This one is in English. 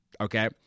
okay